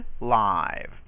live